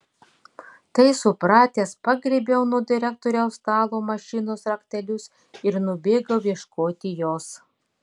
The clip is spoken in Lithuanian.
tai supratęs pagriebiau nuo direktoriaus stalo mašinos raktelius ir nubėgau ieškoti jos